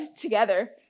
together